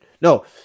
No